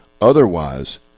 Otherwise